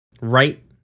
Right